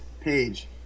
page